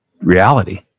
reality